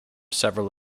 several